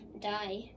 die